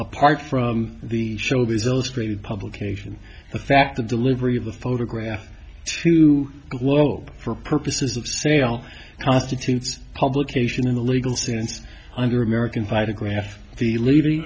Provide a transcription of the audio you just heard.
apart from the show is illustrated publication the fact the delivery of the photograph to gloat for purposes of sale constitutes publication in a legal sense under american fighter graf the lad